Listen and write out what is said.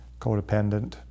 codependent